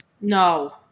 No